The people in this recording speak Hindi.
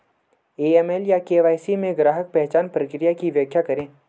ए.एम.एल या के.वाई.सी में ग्राहक पहचान प्रक्रिया की व्याख्या करें?